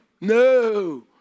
No